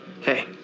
Hey